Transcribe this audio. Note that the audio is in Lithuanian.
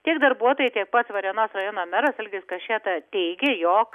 tiek darbuotojai tiek pats varėnos rajono meras algis kašėta teigė jog